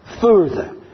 further